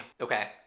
Okay